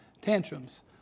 tantrums